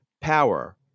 power